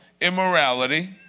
immorality